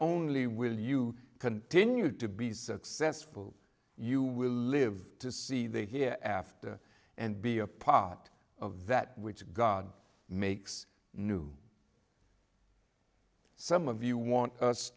only will you continue to be successful you will live to see the here after and be a part of that which god makes new some of you want